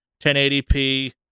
1080p